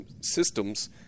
systems